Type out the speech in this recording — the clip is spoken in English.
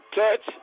touch